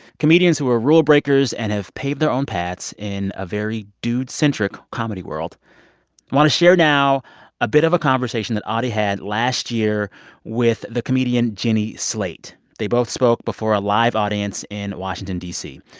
comedians who are rule-breakers and have paved their own paths in a very dude-centric comedy world i want to share now a bit of a conversation that audie had last year with the comedian jenny slate. they both spoke before a live audience in washington, d c.